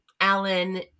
Alan